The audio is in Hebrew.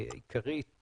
עיקרית